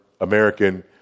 American